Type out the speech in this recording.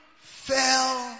fell